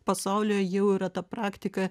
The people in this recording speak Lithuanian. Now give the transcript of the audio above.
pasauly jau yra ta praktika